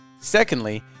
Secondly